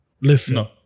Listen